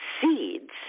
seeds